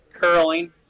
Curling